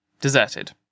deserted